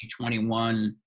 2021